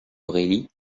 aurélie